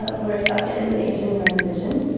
ah we're second in the nation in our division.